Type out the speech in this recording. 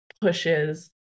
pushes